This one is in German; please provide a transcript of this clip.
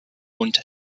und